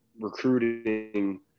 recruiting